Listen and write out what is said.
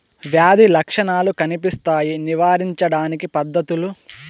వ్యాధి లక్షణాలు కనిపిస్తాయి నివారించడానికి పద్ధతులు?